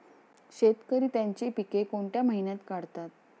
शेतकरी त्यांची पीके कोणत्या महिन्यात काढतात?